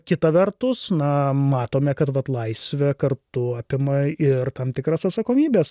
kita vertus na matome kad vat laisvė kartu apima ir tam tikras atsakomybes